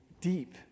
deep